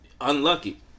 unlucky